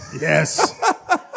Yes